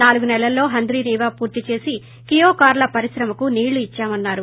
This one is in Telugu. నాలుగు సెలల్లో హంద్రీనీవా పూర్తి చేసి కియో కార్ల పరిశ్రమకు నీళ్లు ఇచ్చామన్నారు